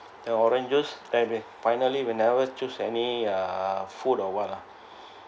an oranges juice then we finally we never choose any uh food or what ah